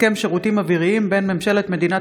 הסכם שירותים אוויריים בין ממשלת מדינת